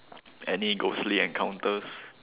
any ghostly encounters